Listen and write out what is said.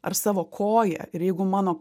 ar savo koją ir jeigu mano